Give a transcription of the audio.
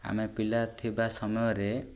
ଆମେ ପିଲା ଥିବା ସମୟରେ